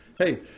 hey